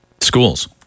Schools